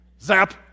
Zap